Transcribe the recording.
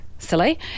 silly